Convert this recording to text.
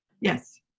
Yes